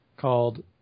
called